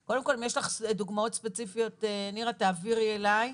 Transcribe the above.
אם יש לך דוגמאות ספציפיות, נירה, תעבירי אליי.